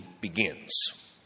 begins